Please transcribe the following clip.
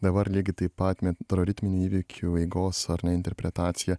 dabar lygiai taip pat metroritminių įvykių eigos ar ne interpretacija